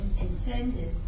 intended